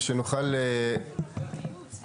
לעומת הנוסח שעבר בקריאה הראשונה.